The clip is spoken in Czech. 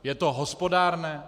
Je to hospodárné?